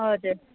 हजुर